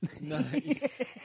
Nice